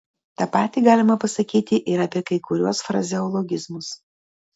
tą patį galima pasakyti ir apie kai kuriuos frazeologizmus